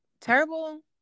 terrible